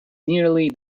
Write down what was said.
nearly